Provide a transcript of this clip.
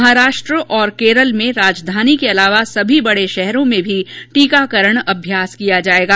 महाराष्ट्र और केरल में राजधानी के अलावा सभी बडे शहरों में भी टीकाकरण अभ्यास किया जाएगा